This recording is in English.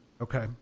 Okay